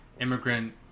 Immigrant